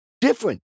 different